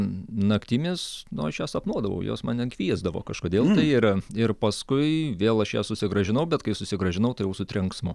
naktimis nu aš jas sapnuodavau jos mane kviesdavo kažkodėl tai ir ir paskui vėl aš jas susigrąžinau bet kai susigrąžinau tai jau su trenksmu